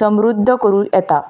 समृध्द करूं येता